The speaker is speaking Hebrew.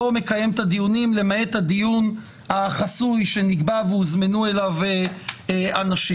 מקיים את הדיונים למעט הדיון החסוי שנקבע והוזמנו אליו אנשים?